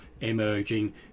emerging